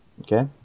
Okay